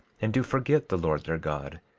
and do forget the lord their god,